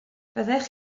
fyddech